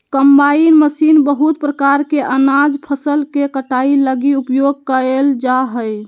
combine machine बहुत प्रकार के अनाज फसल के कटाई लगी उपयोग कयल जा हइ